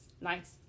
nice